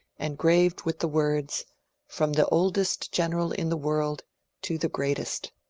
engraved with the words from the oldest general in the world to the greatest.